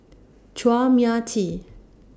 Chua Mia Tee